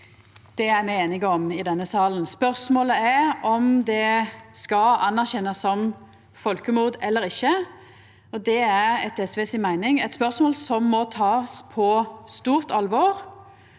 Det er me einige om i denne salen. Spørsmålet er om det skal anerkjennast som folkemord eller ikkje. Det er etter SV si meining eit spørsmål som må takast på stort alvor